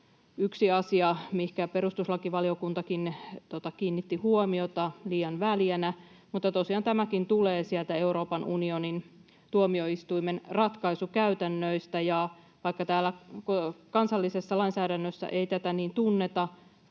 yksi asia, mihin perustuslakivaliokuntakin kiinnitti huomiota liian väljänä, mutta tosiaan tämäkin tulee sieltä Euroopan unionin tuomioistuimen ratkaisukäytännöistä. Ja vaikka täällä kansallisessa lainsäädännössä ei tätä niin tunneta,